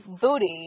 booty